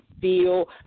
feel